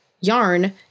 yarn